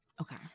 Okay